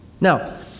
Now